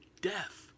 death